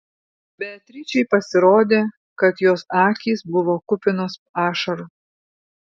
beatričei pasirodė kad jos akys buvo kupinos ašarų